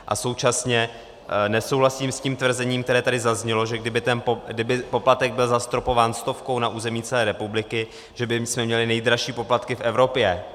A současně nesouhlasím s tvrzením, které tady zaznělo, že kdyby byl poplatek zastropován stovkou na území celé republiky, že bychom měli nejdražší poplatky v Evropě.